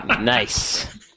Nice